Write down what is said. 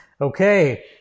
Okay